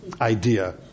idea